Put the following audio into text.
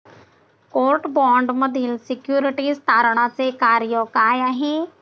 Court बाँडमधील securities तारणाचे कार्य काय आहे?